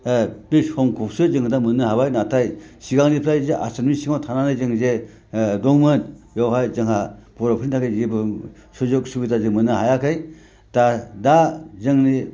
बि समखौसो जों दा मोननो हाबाय नाथाय सिगांनिफ्राय आसामनि सिङाव थानानै जों जे दंमोन बेवहाय जोंहा बर'फोरनि थाखाय जेबो सुजुग सुबिदा मोननो हायाखै दा जोंनि